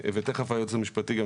ותכף היועץ המשפטי של